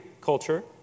culture